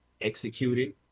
executed